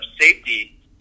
safety